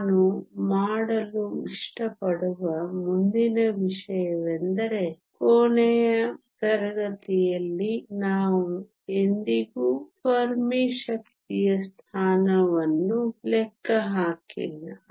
ನಾನು ಮಾಡಲು ಇಷ್ಟಪಡುವ ಮುಂದಿನ ವಿಷಯವೆಂದರೆ ಕೊನೆಯ ತರಗತಿಯಲ್ಲಿ ನಾವು ಎಂದಿಗೂ ಫೆರ್ಮಿ ಶಕ್ತಿಯ ಸ್ಥಾನವನ್ನು ಲೆಕ್ಕ ಹಾಕಿಲ್ಲ